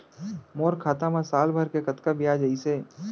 मोर खाता मा साल भर के कतका बियाज अइसे?